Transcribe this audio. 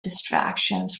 distractions